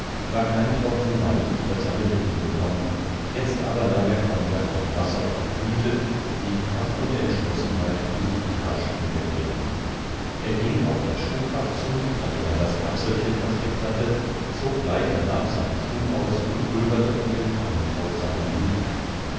war kein tropfen wein über seine lippen gekommen jetzt aber nahm er kognak und wasser und fühlte wie kraft und entschlossenheit ihm rasch wiederkehrten er ging auf das schubfach zu drin er das kapselchen versteckt hatte zog gleich danach seine schuh aus und pulverte von dem farrnkrautsamen hinein